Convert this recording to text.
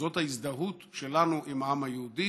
זאת ההזדהות שלנו עם העם היהודי